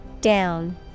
Down